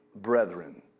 brethren